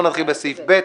נתחיל בסעיף ב'.